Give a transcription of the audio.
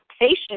patient